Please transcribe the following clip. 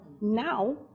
Now